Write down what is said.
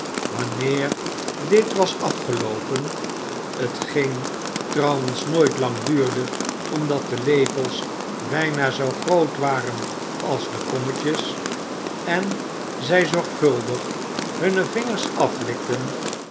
wanneer dit was afgeloopen t geen trouwens nooit lang duurde omdat de lepels bijna zoo groot waren als de kommetjes en zij zorgvuldig hunne vingers aflikten